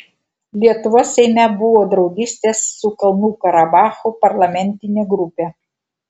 lietuvos seime buvo draugystės su kalnų karabachu parlamentinė grupė